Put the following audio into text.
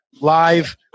live –